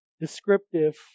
descriptive